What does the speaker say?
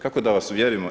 Kako da vas uvjerimo?